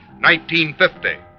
1950